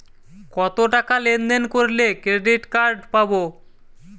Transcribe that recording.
কতটাকা লেনদেন করলে ক্রেডিট কার্ড পাব?